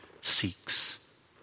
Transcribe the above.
seeks